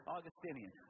Augustinian